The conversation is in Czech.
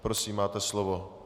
Prosím, máte slovo.